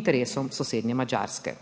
interesom sosednje Madžarske.